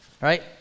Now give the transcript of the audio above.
right